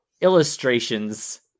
illustrations